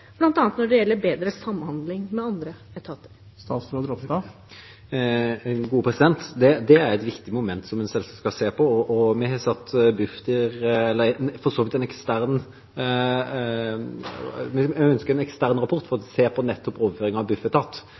bl.a. når det gjelder bedre samhandling med andre etater? Det er et viktig moment som vi selvsagt skal se på. Vi ønsker en ekstern rapport for å se på nettopp overføring av